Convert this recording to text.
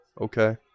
Okay